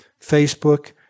Facebook